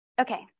Okay